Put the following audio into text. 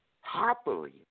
happily